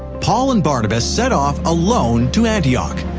paul and barnabas set off alone to antioch.